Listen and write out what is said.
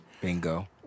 bingo